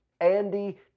Andy